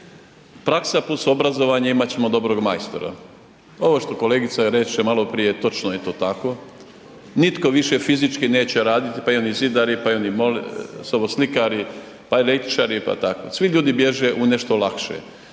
Praksa plus obrazovanje imat ćemo dobrog majstora. Ovo što kolegica reče maloprije točno je to tako. Nitko više fizički neće raditi, pa i oni zidari, pa i oni soboslikari, pa električari, pa tako, svi ljudi bježe u nešto lakše.